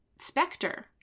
specter